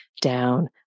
down